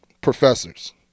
professors